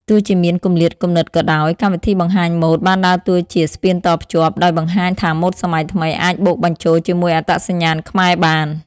ទោះជាមានគម្លាតគំនិតក៏ដោយ កម្មវិធីបង្ហាញម៉ូដបានដើរតួជា ស្ពានតភ្ជាប់ ដោយបង្ហាញថាម៉ូដសម័យថ្មីអាចបូកបញ្ចូលជាមួយអត្តសញ្ញាណខ្មែរបាន។